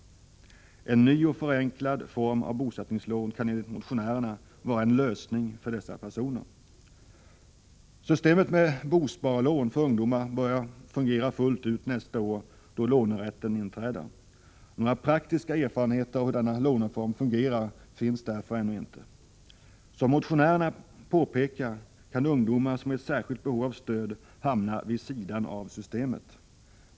En ny och förenklad form av bosättningslån kan enligt motionärerna vara en lösning för dessa personer. Systemet med bosparlån för ungdomar börjar fungera fullt ut nästa år då lånerätten inträder. Några praktiska erfarenheter av hur denna låneform fungerar finns därför ännu inte. Som motionärerna påpekar kan ungdomar som är i särskilt behov av stöd hamna vid sidan av systemet.